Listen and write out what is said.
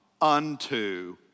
unto